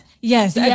Yes